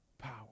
power